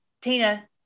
tina